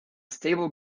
stable